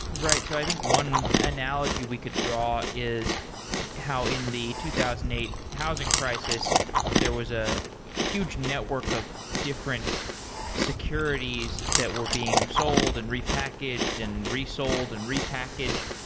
right. so i think one analogy we could draw is how in the two thousand and eight housing crisis there was a huge network of different securities that were being sold and repackaged, and resold and repackaged,